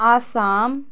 Assam